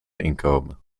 inkomen